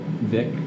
Vic